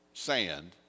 sand